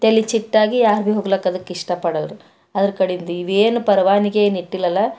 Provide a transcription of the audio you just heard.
ತಲೆ ಚಿತ್ತಾಗಿ ಯಾರು ಬೀ ಹೋಗ್ಲಾಕ್ಕ ಅದಕ್ಕೆ ಇಷ್ಟಪಡಲ್ದು ಅದರ ಕಡಿಂದ ನೀವೇನು ಪರವಾನಿಗೆ ಏನಿಟ್ಟಿಲ್ಲಲ